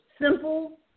simple